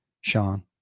Sean